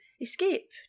escape